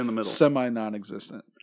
semi-non-existent